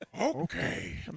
Okay